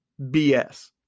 BS